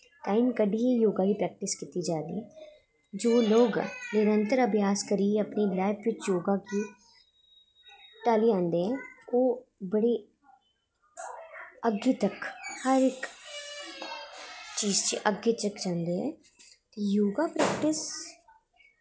time कड्ढियै योगा दी practice कीती जंदी जो लोग निरंतर अभ्यास करियै अपनी लय ते योगा गी ढाली लैंदे ओह् बड़ी अग्गें तक हर इक इस च अग्गें तक जंदे ऐ ते योगा प्रेक्टिस